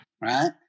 Right